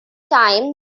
time